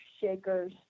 shakers